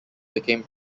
became